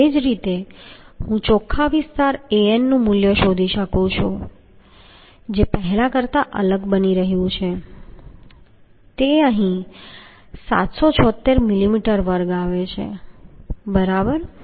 એ જ રીતે હું ચોખ્ખા વિસ્તાર An નું મૂલ્ય શોધી શકું છું જે પહેલા કરતા અલગ બની રહ્યું છે અહીં તે 776 મિલીમીટર વર્ગ આવે છે બરાબર